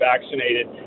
vaccinated